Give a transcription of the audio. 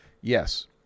Yes